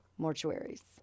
mortuaries